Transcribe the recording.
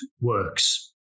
works